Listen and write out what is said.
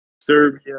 Serbia